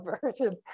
version